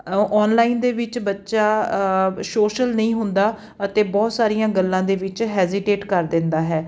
online ਦੇ ਵਿੱਚ ਬੱਚਾ ਸੋਸ਼ਲ ਨਹੀਂ ਹੁੰਦਾ ਅਤੇ ਬਹੁਤ ਸਾਰੀਆਂ ਗੱਲਾਂ ਦੇ ਵਿੱਚ ਹੈਜੀਟੇਟ ਕਰ ਦਿੰਦਾ ਹੈ